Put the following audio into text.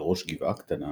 על ראש גבעה קטנה,